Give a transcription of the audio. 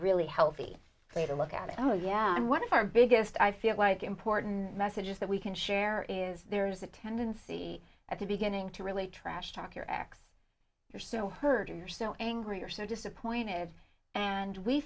really healthy way to look at it oh yeah and one of our biggest i feel like you porton messages that we can share is there is a tendency at the beginning to really trash talk your x your so heard you're so angry or so disappointed and we